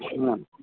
ಹಾಂ